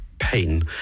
pain